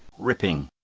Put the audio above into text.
ripping.